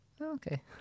Okay